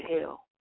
hell